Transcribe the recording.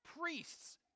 Priests